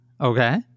Okay